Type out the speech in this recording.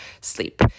sleep